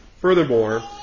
Furthermore